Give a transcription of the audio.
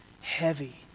heavy